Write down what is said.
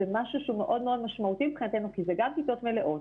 זה משהו שהוא מאוד מאוד משמעותי מבחינתנו כי זה גם כיתות מלאות,